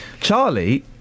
Charlie